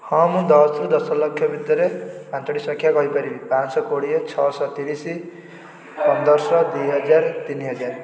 ହଁ ମୁଁ ଦଶରୁ ଦଶଲକ୍ଷ ଭିତରେ ପାଞ୍ଚୋଟି ସଂଖ୍ୟା କହି ପାରିବି ପାଞ୍ଚଶହ କୋଡ଼ିଏ ଛଅଶହ ତିରିଶ ପନ୍ଦରଶହ ଦୁଇ ହଜାର ତିନି ହଜାର